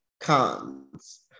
cons